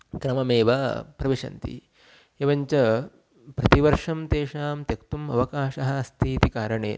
क्रममेव प्रविशन्ति एवञ्च प्रतिवर्षं तेषां त्यक्तुम् अवकाशः अस्ति इति कारणेन